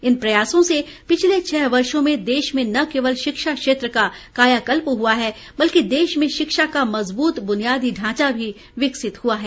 इन प्रयासों से पिछले छह वर्षो में देश में न केवल शिक्षा क्षेत्र का कायाकल्प हुआ है बल्कि देश में शिक्षा का मजबूत बुनियादी ढांचा भी विकसित हुआ है